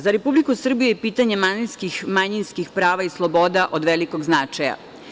Za Republiku Srbiju je pitanje manjinskih prava i sloboda od velikog značaja.